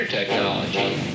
technology